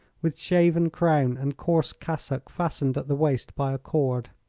with shaven crown and coarse cassock fastened at the waist by a cord.